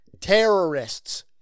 Terrorists